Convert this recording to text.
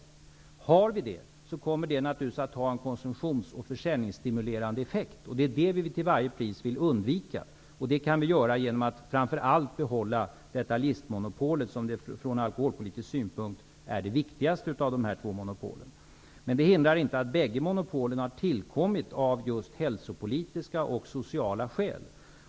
Om den har ett sådant, kommer det naturligtvis att ha en konsumtions och försäljningsstimulerande effekt, och det är det som vi till varje pris vill undvika. Det kan vi göra framför allt genom att behålla detaljistmonopolet, som från alkoholpolitisk synpunkt är det viktigaste av de två monopolen. Men detta hindrar inte att bägge monopolen tillkommit just av hälsopolitiska och sociala skäl.